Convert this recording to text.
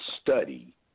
study